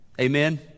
amen